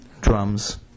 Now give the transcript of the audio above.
drums